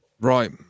Right